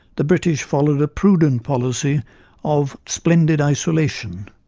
the british followed a prudent policy of splendid isolation,